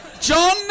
John